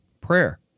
prayer